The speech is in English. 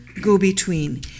go-between